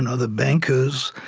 and the bankers,